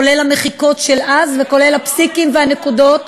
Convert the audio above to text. כולל המחיקות של אז וכולל הפסיקים והנקודות,